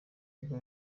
nibyo